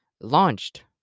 launched